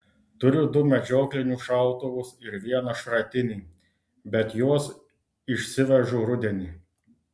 turiu du medžioklinius šautuvus ir vieną šratinį bet juos išsivežu rudenį